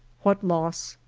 what loss,